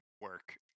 work